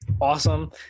awesome